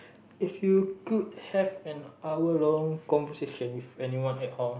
if you could have an hour long conversation with anyone at all